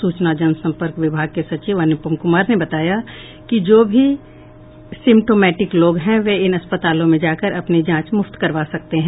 सूचना और जन संपर्क विभाग के सचिव अनुपम कुमार ने बताया कि जो भी सिम्टोमैटिक लोग हैं वे इन अस्पतालों में जाकर अपनी जांच मुफ्त करवा सकते हैं